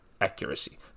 accuracy